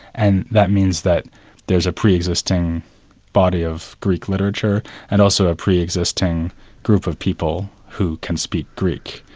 and that means that there's a pre-existing body of greek literature and also a pre-existing group of people who can speak greek.